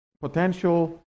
potential